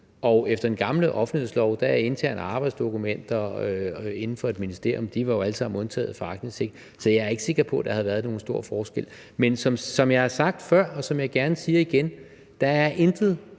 og efter den gamle offentlighedslov var interne arbejdsdokumenter inden for et ministerium alle sammen undtaget fra aktindsigt. Så jeg er ikke sikker på, der ville have været nogen stor forskel. Men som jeg har sagt før, og som jeg gerne siger igen, er der intet